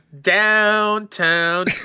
downtown